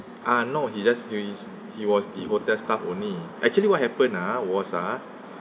ah no he just he's he was the hotel staff only actually what happened ah was ah